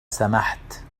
سمحت